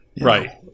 Right